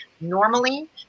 normally